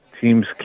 teams